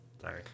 Sorry